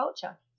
culture